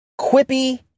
quippy